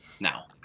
now